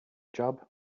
job